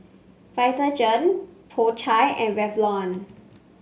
Vitagen Po Chai and Revlon